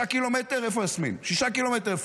שישה קילומטר?